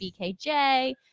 BKJ